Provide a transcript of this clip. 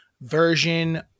version